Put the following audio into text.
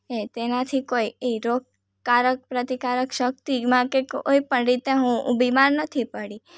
એ તેનાથી કોઈ એ રોગકારક પ્રતિકારક શક્તિમાં કે કોઈપણ રીતે હુ બીમાર નથી પડી